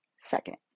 second